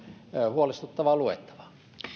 huolestuttavaa luettavaa